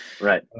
Right